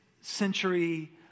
century